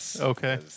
Okay